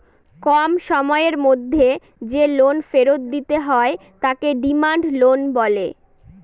কম সময়ের মধ্যে যে লোন ফেরত দিতে হয় তাকে ডিমান্ড লোন বলে